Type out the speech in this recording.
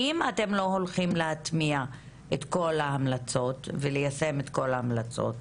אם אתם לא הולכים להטמיע את כל ההמלצות וליישם את כל ההמלצות,